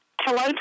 Hello